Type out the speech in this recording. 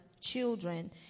children